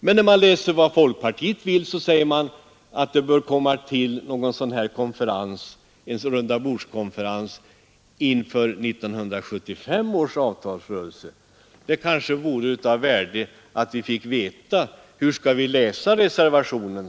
Men när man läser vad folkpartiet önskar finner man att det bör komma till en rundabordskonferens inför 1975 års avtalsrörelse. Det kanske vore av värde att få veta hur vi skall läsa reservationen.